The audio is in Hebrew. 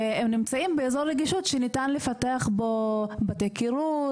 והם נמצאים באזור רגישות שניתן לפתח בו בתי קירור,